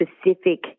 specific